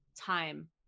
time